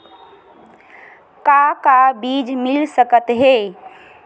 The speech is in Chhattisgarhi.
का का बीज मिल सकत हे?